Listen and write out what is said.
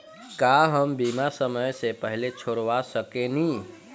का हम बीमा समय से पहले छोड़वा सकेनी?